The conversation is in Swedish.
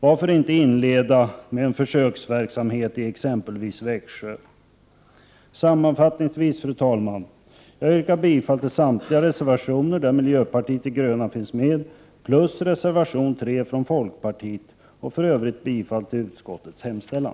Varför inte inleda med en försöksverksamhet i t.ex. Växjö? Sammanfattningsvis, fru talman, yrkar jag bifall till samtliga reservationer där miljöpartiet de gröna finns med plus reservation 3 från folkpartiet och för övrigt bifall till utskottets hemställan.